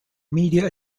media